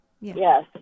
yes